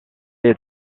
est